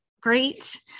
great